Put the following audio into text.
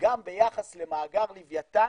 גם ביחס למאגר לווייתן.